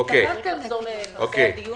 משוחררים.